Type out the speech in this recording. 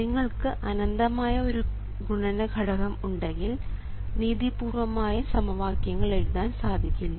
നിങ്ങൾക്ക് അനന്തമായ ഒരു ഗുണന ഘടകം ഉണ്ടെങ്കിൽ നീതിപൂർവ്വമായ സമവാക്യങ്ങൾ എഴുതാൻ സാധിക്കില്ല